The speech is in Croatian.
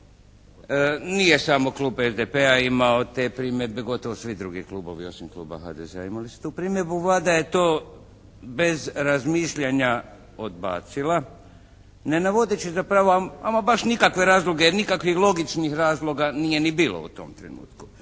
Nije samo klub SDP-a imao te primjedbe. Gotovo svi klubovi osim kluba HDZ-a imali su tu primjedbu. Vlada je to bez razmišljanja odbacila ne navodeći da prava, ama baš nikakvi razlozi, nikakvih logičnih razloga nije ni bilo u tom trenutku.